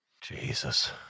Jesus